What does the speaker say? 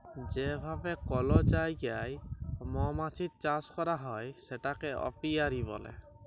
যে ভাবে কল জায়গায় মমাছির চাষ ক্যরা হ্যয় সেটাকে অপিয়ারী ব্যলে